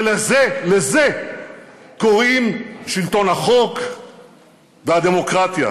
ולזה, לזה קוראים שלטון החוק והדמוקרטיה.